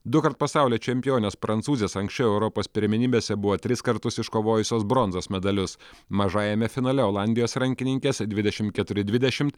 dukart pasaulio čempionės prancūzės anksčiau europos pirmenybėse buvo tris kartus iškovojusios bronzos medalius mažajame finale olandijos rankininkės dvidešim keturi dvidešimt